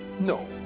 No